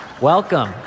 Welcome